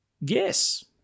yes